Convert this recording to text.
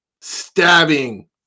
Stabbing